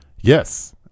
Yes